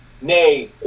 nay